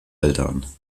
eltern